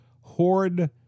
hoard